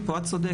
פה את צודקת.